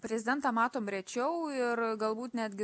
prezidentą matom rečiau ir galbūt netgi